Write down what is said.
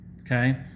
Okay